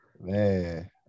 Man